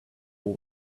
who